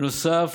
נוסף